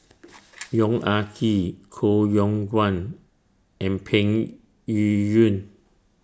Yong Ah Kee Koh Yong Guan and Peng Yuyun